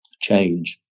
change